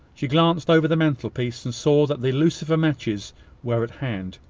she glanced over the mantelpiece, and saw that the lucifer-matches were at hand.